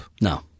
No